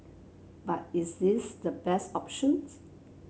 but is this the best options